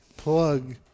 plug